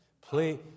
Please